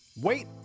Wait